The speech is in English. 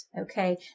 okay